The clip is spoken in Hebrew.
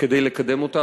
כדי לקדם אותם.